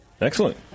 excellent